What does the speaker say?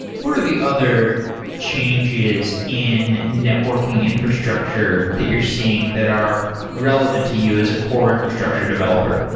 what are the other changes in networking infrastructure that you're seeing that are relevant to you as a core infrastructure developer?